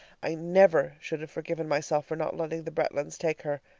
i never should have forgiven myself for not letting the bretlands take her,